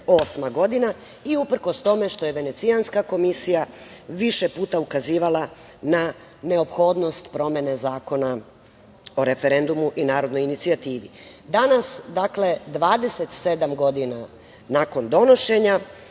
godine i uprkos tome što je Venecijanska komisija više puta ukazivala na neophodnost promene Zakona o referendumu i narodnoj inicijativi. Danas, dakle 27 godina nakon donošenja